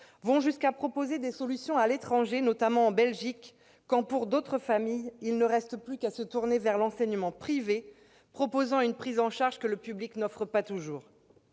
jusqu'à proposer des solutions à l'étranger, notamment en Belgique. Pour d'autres familles, il ne reste plus qu'à se tourner vers l'enseignement privé, qui propose une prise en charge que le public n'offre pas toujours.